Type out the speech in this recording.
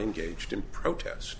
engaged in protest